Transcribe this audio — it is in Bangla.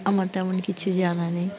আমার তেমন কিছু জানা নেই